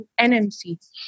NMC